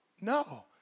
No